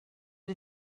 die